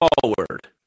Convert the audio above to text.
forward